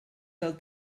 del